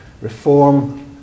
Reform